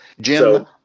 Jim